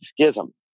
schism